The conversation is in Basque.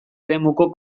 eremuko